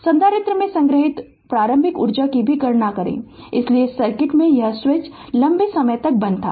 संधारित्र में संग्रहीत प्रारंभिक ऊर्जा की भी गणना करें इसलिए इस सर्किट में यह स्विच लंबे समय तक बंद था